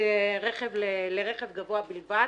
שהחניה מיועדת לרכב גבוה בלבד,